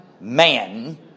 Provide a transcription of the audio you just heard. man